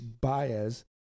Baez